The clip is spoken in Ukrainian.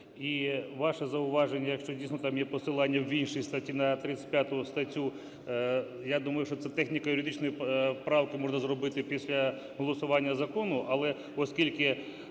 І ваше зауваження, якщо дійсно там є посилання в іншій статті на 35 статтю, я думаю, що ці техніко-юридичні правки можна зробити після голосування закону. Але оскільки